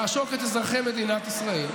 לעשוק את אזרחי מדינת ישראל.